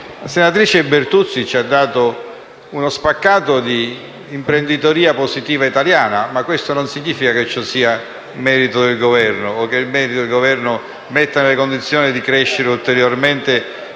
senatrice Pignedoli ci ha dato uno spaccato di imprenditoria positiva italiana, ma questo non significa che ciò sia merito del Governo o che il Governo metta nelle condizioni di crescere ulteriormente